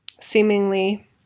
seemingly